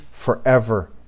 forever